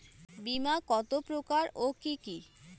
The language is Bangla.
বীমা কত প্রকার ও কি কি?